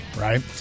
right